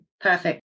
Perfect